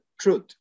truth